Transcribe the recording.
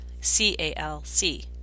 C-A-L-C